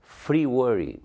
free worry